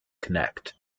connect